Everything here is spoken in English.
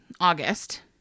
August